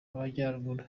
amajyaruguru